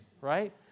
right